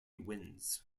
winds